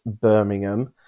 Birmingham